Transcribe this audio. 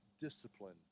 discipline